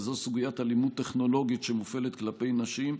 וזו סוגיית אלימות טכנולוגית שמופעלת כלפי נשים.